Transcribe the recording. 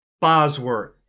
Bosworth